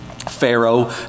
Pharaoh